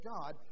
God